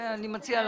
באמת?